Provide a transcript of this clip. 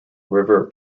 river